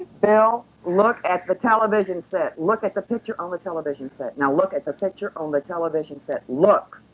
bill! look at the television set. look at the picture on the television set now look at the picture on the television set. look!